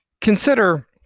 Consider